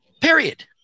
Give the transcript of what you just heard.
Period